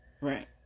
right